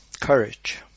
courage